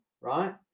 right